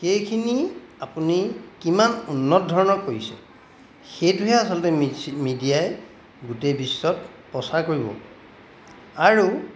সেইখিনি আপুনি কিমান উন্নত ধৰণৰ কৰিছে সেইটোহে আচলতে মিডিয়াই গোটেই বিশ্বত প্ৰচাৰ কৰিব আৰু